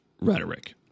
rhetoric